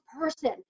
person